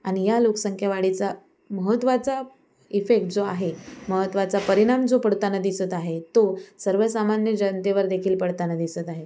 आणि या लोकसंख्या वाढीचा महत्त्वाचा इफेक्ट जो आहे महत्त्वाचा परिणाम जो पडताना दिसत आहे तो सर्वसामान्य जनतेवर देखील पडताना दिसत आहे